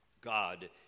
God